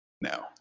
no